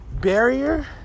barrier